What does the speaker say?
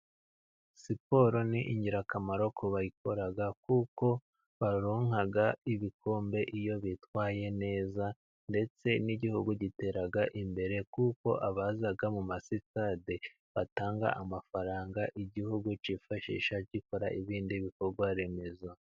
Siporo ni ingirakamaro ku bayikora kuko baronka ibikombe iyo bitwaye neza, ndetse n'Igihugu gitera imbere, kuko abaza mu ma sitade batanga amafaranga Igihugu cyifashisha gikora ibindi bikorwaremezo.